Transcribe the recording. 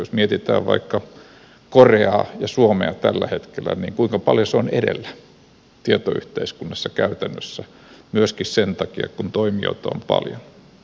jos mietitään vaikka koreaa ja suomea tällä hetkellä niin kuinka paljon se on edellä tietoyhteiskunnassa käytännössä myöskin sen takia kun toimijoita on paljon